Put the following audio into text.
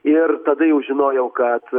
ir tada jau žinojau kad